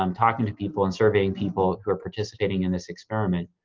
um talking to people and surveying people who are participating in this experiment.